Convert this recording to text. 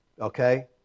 okay